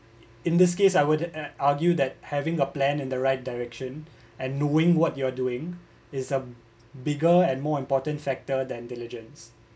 in this case I would eh argue that having a plan in the right direction and knowing what you are doing is a bigger and more important factor than diligence